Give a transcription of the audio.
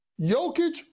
jokic